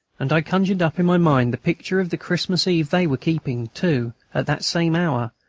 and i conjured up in my mind the picture of the christmas eve they were keeping, too, at that same hour,